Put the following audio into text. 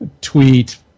tweet